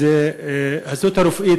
ההסתדרות הרפואית,